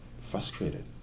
frustrated